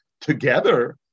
together